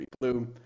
blue